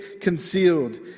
concealed